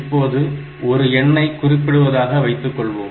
இப்போது ஒரு எண்ணை குறிப்பிடுவதாக வைத்துக்கொள்வோம்